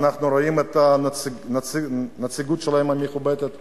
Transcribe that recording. אנחנו רואים את הנציגות המכובדת שלהם,